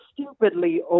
stupidly